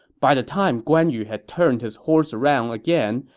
by the time guan yu had turned his horse around again,